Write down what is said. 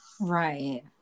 Right